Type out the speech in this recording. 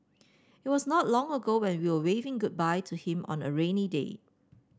it was not long ago when will waving goodbye to him on a rainy day